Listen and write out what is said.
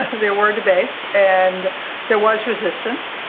there were debates and there was resistance.